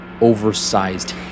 oversized